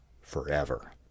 forever